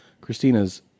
Christina's